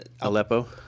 Aleppo